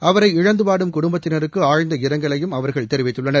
அவரை இழந்து வாடும் குடும்பத்தினருக்கு ஆழ்ந்த இரங்கலையும் அவர்கள் தெரிவித்துள்ளனர்